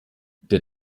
der